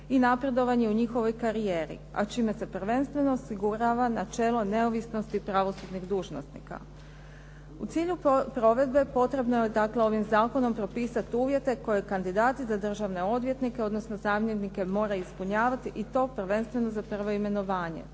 i napredovanje u njihovoj karijeri, a čime se prvenstveno osigurava načelo neovisnosti pravosudnih dužnosnika. U cilju provedbe potrebno je dakle ovim zakonom propisati uvjete koje kandidati za državne odvjetnike, odnosno zamjenike mora ispunjavati i to prvenstveno za prvo imenovanje.